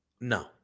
No